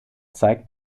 zeigt